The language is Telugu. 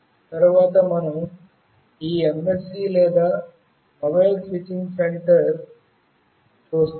తరువాత మనం ఈ MSC లేదా మొబైల్ స్విచ్చింగ్ సెంటర్ చూస్తాము